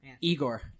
Igor